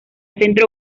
centro